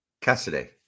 Cassidy